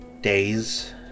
days